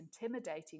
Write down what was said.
intimidating